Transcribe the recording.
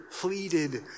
pleaded